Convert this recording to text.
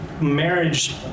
marriage